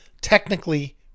technically